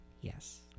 yes